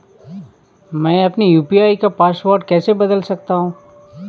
मैं अपने यू.पी.आई का पासवर्ड कैसे बदल सकता हूँ?